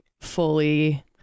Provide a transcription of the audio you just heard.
fully